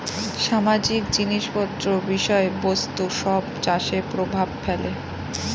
সামাজিক জিনিস পত্র বিষয় বস্তু সব চাষে প্রভাব ফেলে